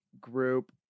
group